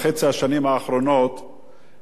הנושא נדון בוועדת הפנים,